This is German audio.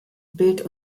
bild